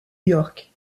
york